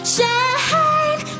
Shine